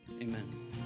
Amen